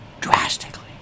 drastically